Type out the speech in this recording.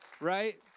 Right